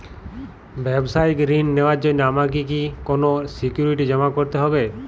ব্যাবসায়িক ঋণ নেওয়ার জন্য আমাকে কি কোনো সিকিউরিটি জমা করতে হবে?